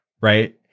right